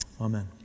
Amen